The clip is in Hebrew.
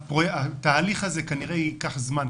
התהליך הזה כנראה ייקח זמן,